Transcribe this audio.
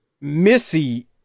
Missy